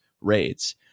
raids